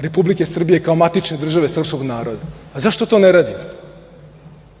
Republike Srbije kao matične države srpskog naroda? Zašto to ne radite?